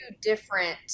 different